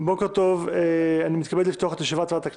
בוקר טוב, אני מתכבד לפתוח את ישיבת ועדת הכנסת.